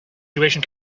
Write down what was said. situation